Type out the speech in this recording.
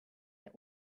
der